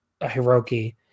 Hiroki